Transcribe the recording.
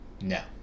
no